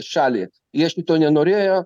šalį jie štai to nenorėjo